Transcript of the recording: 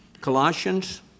Colossians